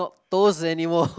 toes anymore